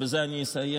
ובזה אני אסיים,